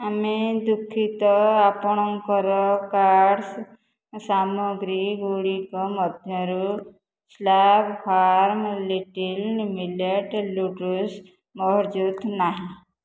ଆମେ ଦୁଃଖିତ ଆପଣଙ୍କର କାର୍ଟ ସାମଗ୍ରୀଗୁଡ଼ିକ ମଧ୍ୟରୁ Slurrp Farm little millet noodles ମହଜୁଦ ନାହିଁ